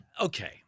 okay